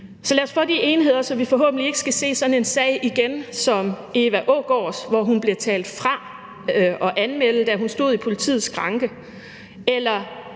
Så lad os få de enheder, så vi forhåbentlig ikke skal se sådan en sag som Eva Aagaards sag igen, hvor hun bliver talt fra at anmelde den, da hun stod ved politiets skranke,